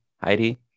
heidi